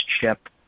chip